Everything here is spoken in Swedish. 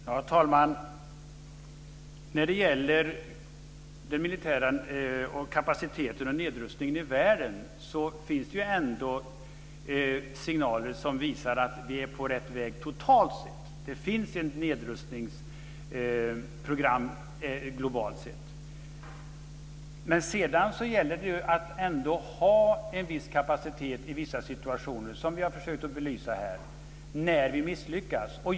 Herr talman! När det gäller den militära kapaciteten och nedrustningen i världen finns det ändå signaler som visar att vi är på rätt väg totalt. Det finns ett nedrustningsprogram globalt sett. Men sedan gäller det att ändå ha en viss kapacitet i vissa situationer, som jag har försökt att belysa här, när vi misslyckas.